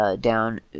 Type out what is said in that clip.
down